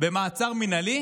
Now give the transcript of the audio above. במעצר מינהלי